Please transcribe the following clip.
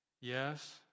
Yes